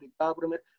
government